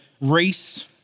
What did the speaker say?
race